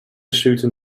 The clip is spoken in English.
shooting